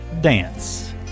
Dance